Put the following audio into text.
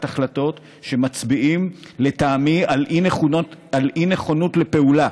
החלטות שמצביעים לטעמי על אי-נכונות לפעולה,